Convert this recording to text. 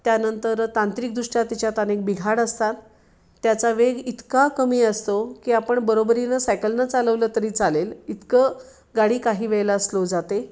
त्यानंतर तांत्रिकदृष्ट्या तिच्यात अनेक बिघाड असतात त्याचा वेग इतका कमी असतो की आपण बरोबरीनं सायकलनं चालवलं तरी चालेल इतकं गाडी काही वेळेला स्लो जाते